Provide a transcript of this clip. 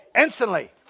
instantly